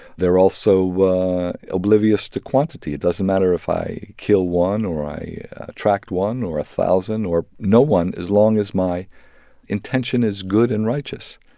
they're also oblivious to quantity. it doesn't matter if i kill one or i attract one or a thousand or no one as long as my intention is good and righteous.